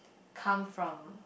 come from